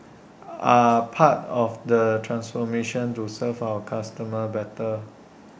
are part of the transformation to serve our customers better